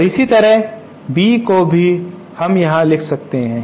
और इसी तरह B को भी हम यहां लिख सकते हैं